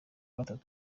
gatanu